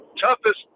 toughest